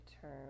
term